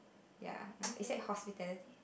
ya is that hospitality